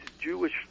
Jewish